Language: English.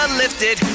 lifted